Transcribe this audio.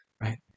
right